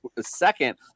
second